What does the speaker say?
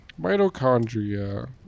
mitochondria